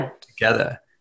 together